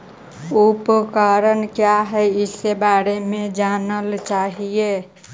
उपकरण क्या है इसके बारे मे जानल चाहेली?